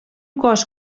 cos